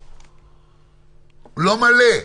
הוא לא מלא.